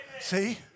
See